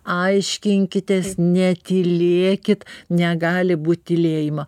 aiškinkitės netylėkit negali būt tylėjimo